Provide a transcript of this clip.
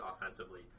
offensively